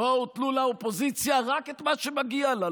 בואו תנו לאופוזיציה רק את מה שמגיע לה,